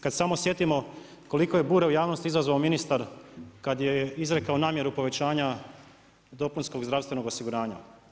Kad se samo sjetimo koliko je bure u javnosti izazvao ministar kad je izrekao namjeru povećanja dopunskog i zdravstvenog osiguranja.